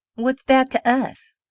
what's that to us?